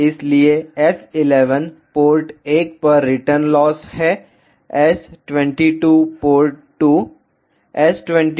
इसलिए S11 port 1 पर return loss है S22 पोर्ट 2